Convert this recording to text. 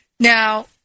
Now